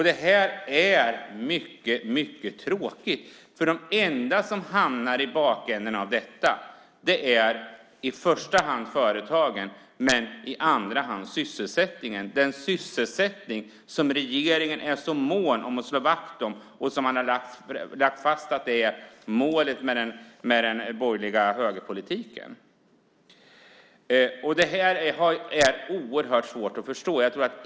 Det är mycket tråkigt, för de som hamnar i bakvattnet på grund av detta är i första hand företagen, i andra hand är det sysselsättningen. Det är den sysselsättning som regeringen är så mån att slå vakt om och som man har lagt fast är målet med den borgerliga högerpolitiken. Detta är oerhört svårt att förstå.